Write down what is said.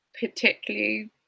particularly